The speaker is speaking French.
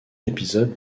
épisode